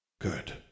Good